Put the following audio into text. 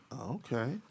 Okay